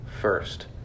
first